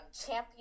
champion